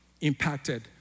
impacted